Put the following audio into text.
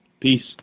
Peace